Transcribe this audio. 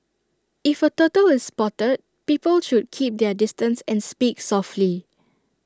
if A turtle is spotted people should keep their distance and speak softly